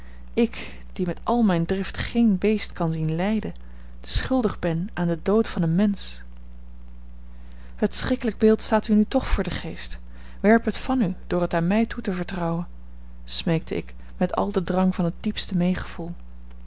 ik die met al mijn drift geen beest kan zien lijden schuldig ben aan den dood van een mensch het schrikkelijk beeld staat u nu toch voor den geest werp het van u door het aan mij toe te vertrouwen smeekte ik met al den drang van het diepste meegevoel